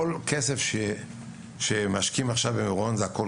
כל כסף שמשקיעים עכשיו במירון זה הכול